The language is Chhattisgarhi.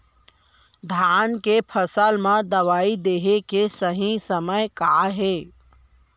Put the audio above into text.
धान के फसल मा दवई देहे के सही समय का हे?